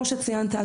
כפי שציינת,